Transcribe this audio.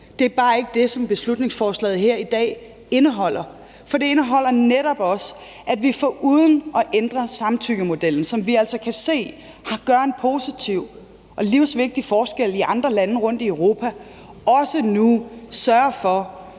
Det er bare ikke det, som beslutningsforslaget her i dag indeholder. For det indeholder netop også, at vi foruden at ændre samtykkemodellen, som vi altså kan se gør en positiv og livsvigtig forskel i andre lande rundt i Europa, også nu sørger for